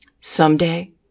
Someday